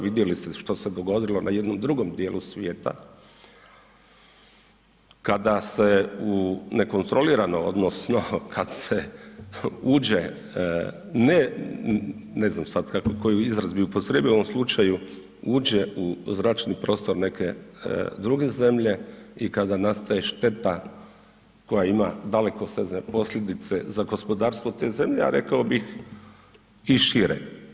Vidjeli ste što se dogodilo na jednom drugom dijelu svijeta, kada se u nekontrolirano odnosno kada se uđe, ne znam koji izraz bi upotrijebio u ovom slučaju, uđe u zračni prostor neke druge zemlje i kada nastaje šteta koja ima dalekosežne posljedice za gospodarstvo te zemlje, a rekao bih i šire.